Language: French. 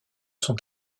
sont